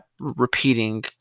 repeating